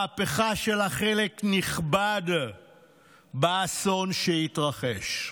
מהפכה שיש לה חלק נכבד באסון שהתרחש,